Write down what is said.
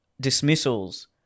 dismissals